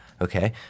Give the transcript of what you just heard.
okay